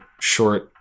short